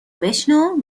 بشنو